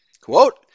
quote